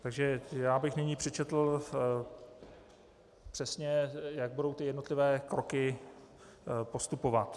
Takže já bych nyní přečetl přesně, jak budou ty jednotlivé kroky postupovat.